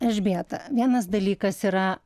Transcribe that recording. elžbieta vienas dalykas yra